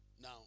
Now